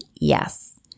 yes